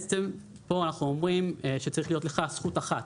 בעצם פה אנחנו אומרים שצריך להיות לך זכות אחת,